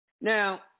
Now